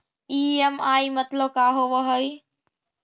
EMI मतलब का होब हइ?